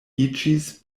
iĝis